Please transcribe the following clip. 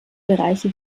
bereiche